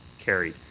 carried.